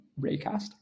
Raycast